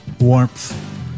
warmth